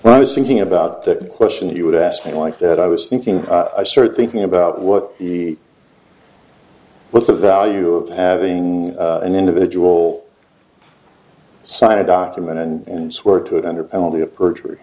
when i was thinking about that question you would ask me like that i was thinking i started thinking about what the what the value of having an individual sign a document and swear to it under penalty of perjury